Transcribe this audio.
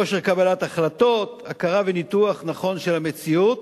כושר קבלת החלטות, הכרה וניתוח נכון של המציאות